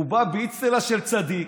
הוא בא באצטלה של צדיק,